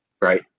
Right